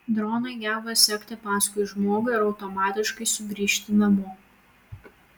dronai geba sekti paskui žmogų ir automatiškai sugrįžti namo